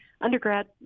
undergrad